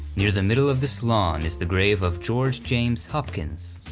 near the middle of this lawn is the grave of george james hopkins.